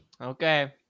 okay